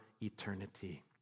eternity